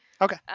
Okay